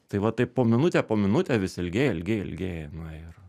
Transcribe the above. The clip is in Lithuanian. tai va taip po minutę po minutę vis ilgėja ilgėja ilgėja na ir